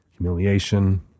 humiliation